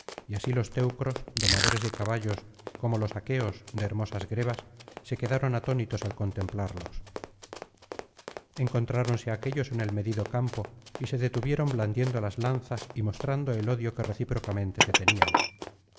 y así los teucros domadores de caballos como los aqueos de hermosas grebas se quedaron atónitos al contemplarlos encontráronse aquellos en el medido campo y se detuvieron blandiendo las lanzas y mostrando el odio que recíprocamente se tenían